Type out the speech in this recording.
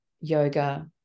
yoga